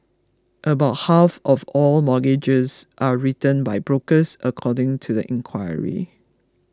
about half of all mortgages are written by brokers according to the inquiry